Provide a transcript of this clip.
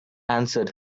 answered